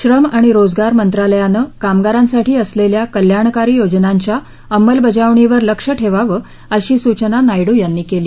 श्रम आणि रोजगार मंत्रालयाने कामगारांसाठी असलेल्या कल्याणकारी योजनांच्या अंमलबजावणीवर लक्ष ठेवावे अशी सूचना नायडू यांनी केली